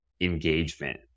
engagement